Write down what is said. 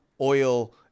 oil